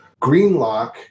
GreenLock